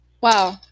Wow